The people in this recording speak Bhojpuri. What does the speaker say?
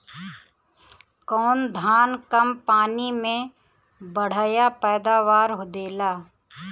कौन धान कम पानी में बढ़या पैदावार देला?